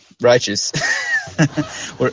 righteous